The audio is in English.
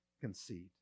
conceit